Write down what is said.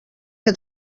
que